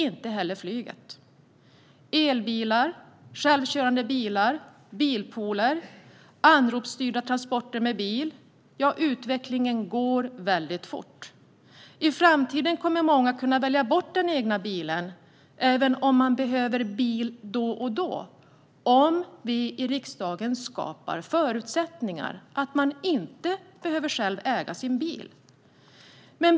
Inte heller flyget kommer att kunna göra detta. Elbilar, självkörande bilar, bilpooler, anropsstyrda transporter med bil - utvecklingen går väldigt fort. I framtiden kommer många att kunna välja bort den egna bilen, även om man behöver bil då och då, om vi i riksdagen skapar förutsättningar för att man inte själv ska behöva äga en bil.